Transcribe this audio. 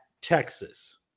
Texas